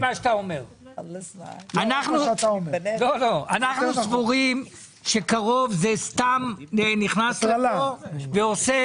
אנחנו סבורים ש-קרוב הוא סתם נכנס לכאן ועושה